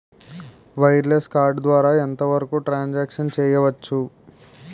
Wireless card ద్వారా ఎంత వరకు ట్రాన్ సాంక్షన్ చేయవచ్చు?